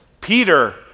Peter